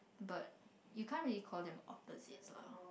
but you can't really call them opposite lah